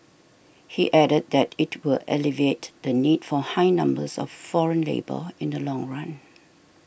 he added that it will alleviate the need for high numbers of foreign labour in the long run